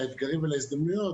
לאתגרים ולהזדמנויות,